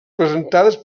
presentades